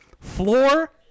Floor